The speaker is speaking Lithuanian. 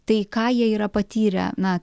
tai ką jie yra patyrę na